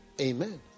Amen